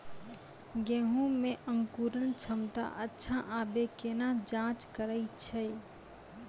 गेहूँ मे अंकुरन क्षमता अच्छा आबे केना जाँच करैय छै?